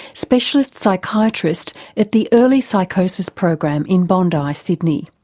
specialist psychiatrist at the early psychosis program in bondi, sydney.